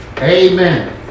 Amen